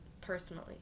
personally